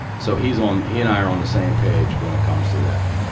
so he's on he and i are on the same page when it comes to that.